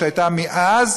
שהייתה מאז,